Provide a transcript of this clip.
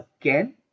again